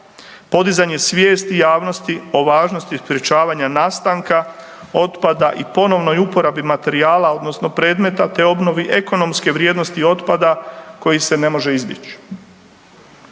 podizanje svijesti javnosti o važnosti sprječavanja nastanka otpada i ponovnoj uporabi materijala odnosno predmeta, te obnovi ekonomske vrijednosti otpada koji se ne može izbjeći.